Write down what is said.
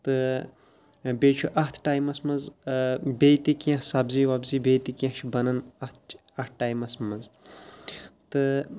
تہٕ یا بیٚیہِ چھُ اَتھ ٹایمَس منٛز بیٚیہِ تہِ کینٛہہ سبزی وبزی بیٚیہِ تہِ کینٛہہ چھِ بَنان اَتھ اَتھ ٹایمَس منٛز تہٕ